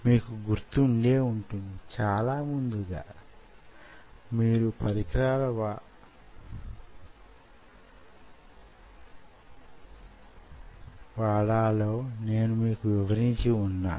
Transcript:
మీకు గుర్తుండే వుంటుంది చాలా ముందుగా మీరే పరికరాలు వాడాలో నేను మీకు వివరించి వున్నాను